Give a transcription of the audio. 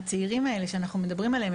הצעירים האלה שאנחנו מדברים עליהם,